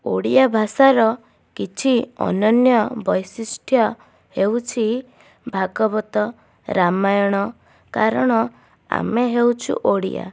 ଓଡ଼ିଆ ଭାଷାର କିଛି ଅନନ୍ୟ ବୈଶିଷ୍ଟ୍ୟ ହେଉଛି ଭାଗବତ ରାମାୟଣ କାରଣ ଆମେ ହେଉଛୁ ଓଡ଼ିଆ